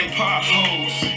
potholes